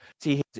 See